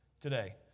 today